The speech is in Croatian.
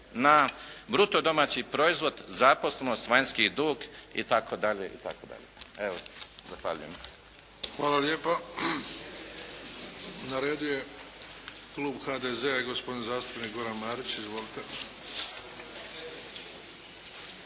na bruto domaći proizvod, zaposlenost, vanjski dug itd. itd. Evo, zahvaljujem. **Bebić, Luka (HDZ)** Hvala lijepa. Na redu je klub HDZ-a i gospodin zastupnik Goran Marić. Izvolite.